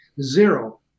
zero